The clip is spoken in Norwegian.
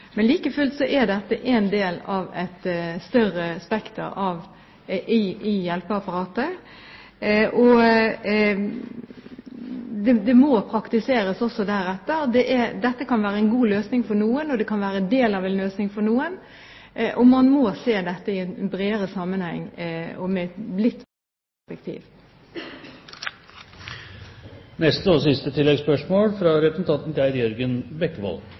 Men like fullt er dette en del av et større spekter i hjelpeapparatet, og det må også praktiseres deretter. Det kan være en god løsning for noen, det kan være en del av en løsning for noen, men man må se dette i en bredere sammenheng og i litt større perspektiv. Geir Jørgen Bekkevold